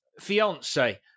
fiance